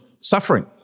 suffering